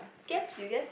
guess you guess